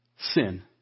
sin